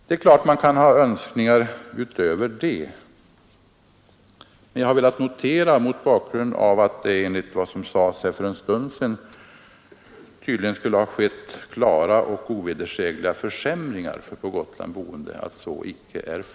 Det är klart att man kan ha önskningar därutöver, men jag har velat anföra att det som sades för en stund sedan, att det skulle ha skett klara och ovedersägliga försämringar för på Gotland boende, inte är riktigt.